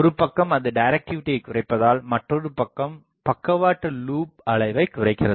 ஒரு பக்கம் அது டிரக்டிவிடியை குறைப்பதால் மற்றொரு பக்கம் பக்கவாட்டு லூப் அளவைக் குறைக்கிறது